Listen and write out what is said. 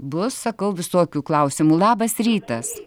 bus sakau visokių klausimų labas rytas